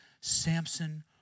Samson